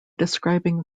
describing